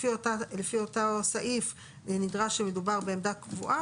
לפי אותו סעיף נדרש שמדובר בעמדה קבועה